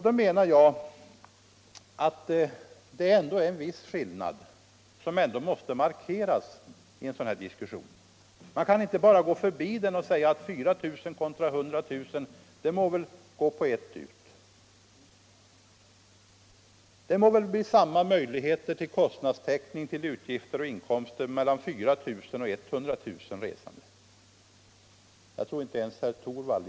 Jag menar att detta är en skillnad som ändå måste markeras i en sådan här diskussion. Man kan inte bara gå förbi den genom att säga att 100 000 resp. 4 000 pendelresor må gå på ett ut — det må väl bli samma möjligheter till kostnadstäckning vid 4000 som vid 100 000 resor per dag.